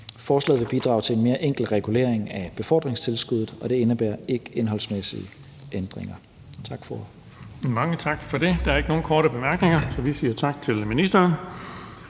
Forslaget vil bidrage til en mere enkel regulering af befordringstilskuddet, og det indebærer ikke indholdsmæssige ændringer. Tak for ordet. Kl. 14:58 Den fg. formand (Erling Bonnesen): Mange tak for det. Der er ikke nogen korte bemærkninger, så vi siger tak til ministeren.